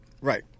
Right